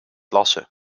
lassen